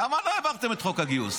למה לא העברתם את חוק הגיוס?